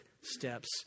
steps